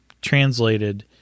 translated